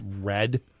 red